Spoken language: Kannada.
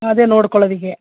ಅದೇ ನೋಡ್ಕೊಳೋದಕ್ಕೆ